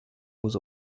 aux